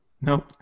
Nope